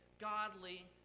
godly